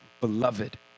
beloved